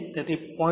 તેથી 4 0